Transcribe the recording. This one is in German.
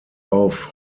auf